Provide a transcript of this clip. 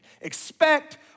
expect